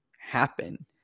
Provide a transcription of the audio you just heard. happen